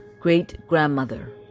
great-grandmother